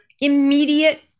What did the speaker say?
immediate